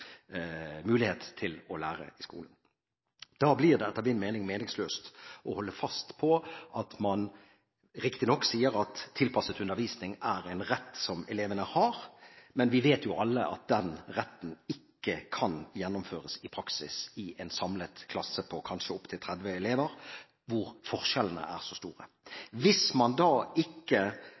mulighet til å lære i skolen. Da blir det etter min mening meningsløst å holde fast på at tilpasset undervisning er en rett som elevene har. Vi vet jo alle at den retten ikke kan gjennomføres i praksis i en samlet klasse med kanskje opp til 30 elever hvor forskjellene er så store hvis man ikke